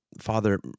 Father